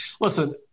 listen